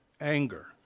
anger